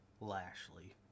Lashley